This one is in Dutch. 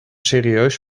serieus